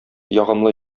ягымлы